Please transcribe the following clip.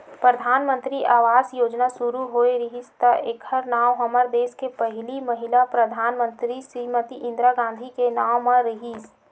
परधानमंतरी आवास योजना सुरू होए रिहिस त एखर नांव हमर देस के पहिली महिला परधानमंतरी श्रीमती इंदिरा गांधी के नांव म रिहिस